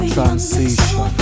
Transition